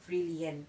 freely kan